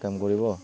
এক কাম কৰিব